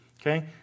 okay